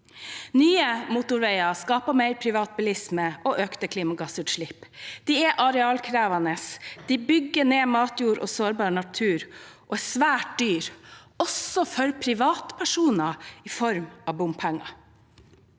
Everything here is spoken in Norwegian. Nye motorveier skaper mer privatbilisme og økte klimagassutslipp. De er arealkrevende, de bygger ned matjord og sårbar natur, og de er svært dyre – også for privatpersoner, i form av bompenger.